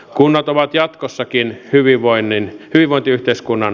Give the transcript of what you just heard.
kunnat ovat jatkossakin hyvinvointiyhteiskunnan pohja